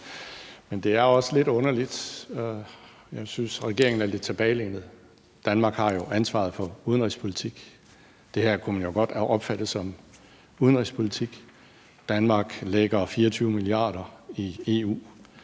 Men det er også lidt underligt. Jeg synes, at regeringen er lidt tilbagelænet. Danmark har jo ansvaret for udenrigspolitik, og det her kunne man jo godt have opfattet som udenrigspolitik. Danmark lægger 24 mia. kr. i EU.